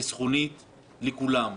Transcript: חסכונית לכולם,